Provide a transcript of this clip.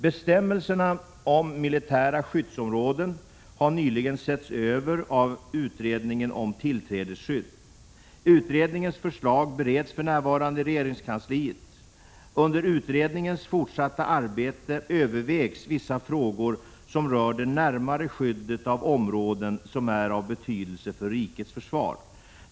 Bestämmelserna om militära skyddsområden har nyligen setts över äv utredningen om tillträdesskydd . Utredningens förslag bereds för närvarande i regeringskansliet. Under utredningens fortsatta arbete övervägs vissa frågor som rör det närmare skyddet av områden som är av betydelse för rikets försvar.